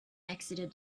exited